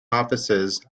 offices